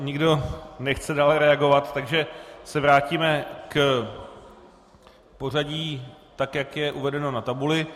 Nikdo nechce dále reagovat, takže se vrátíme k pořadí, jak je uvedeno na tabuli.